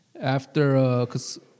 after—because